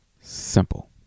simple